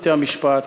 בתי-המשפט.